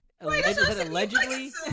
Allegedly